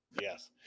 Yes